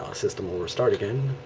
ah system will restart again,